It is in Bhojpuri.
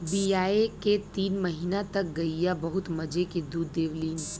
बियाये के तीन महीना तक गइया बहुत मजे के दूध देवलीन